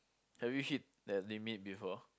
have you hit that limit before